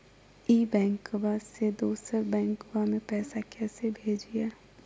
ई बैंकबा से दोसर बैंकबा में पैसा कैसे भेजिए?